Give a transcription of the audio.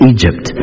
Egypt